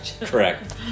Correct